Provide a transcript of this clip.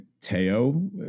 Teo